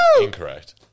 Incorrect